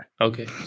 okay